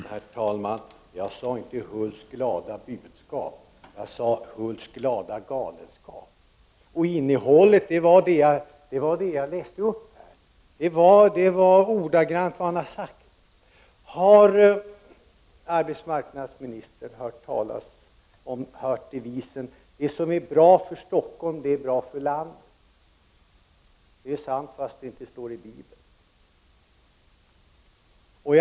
Herr talman! Jag sade inte ”Hulths glada budskap”, utan jag sade ”Hulths glada galenskap”. Jag läste upp innehållet här, vilket var ordagrant vad Hulth har sagt. Har arbetsmarknadsministern hört devisen att det som är bra för Stockholm är bra för landet? Det är sant fast det inte står i Bibeln.